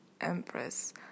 empress